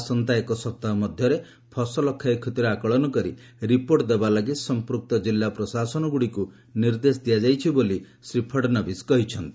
ଆସନ୍ତା ସପ୍ତାହ ମଧ୍ୟରେ ଫସଲ କ୍ଷୟକ୍ଷତିର ଆକଳନ କରି ରିପୋର୍ଟ ଦେବା ଲାଗି ସଂପୃକ୍ତ ଜିଲ୍ଲା ପ୍ରଶାସନଗୁଡ଼ିକୁ ନିର୍ଦ୍ଦେଶ ଦିଆଯାଇଛି ବୋଲି ଶ୍ରୀ ଫଡନବିସ୍ କହିଛନ୍ତି